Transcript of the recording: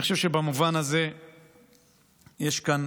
אני חושב שבמובן הזה יש כאן